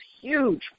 huge